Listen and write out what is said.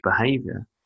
behavior